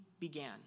began